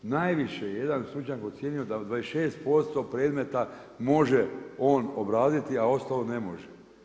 Najviše je jedan stručnjak ocijenio da 26% predmeta može on obraditi a ostalo ne može.